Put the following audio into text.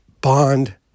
Bond